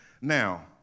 Now